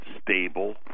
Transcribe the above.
stable